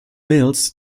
mills